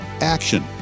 action